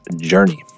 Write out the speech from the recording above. journey